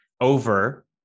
over